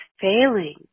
failing